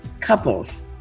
Couples